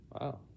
Wow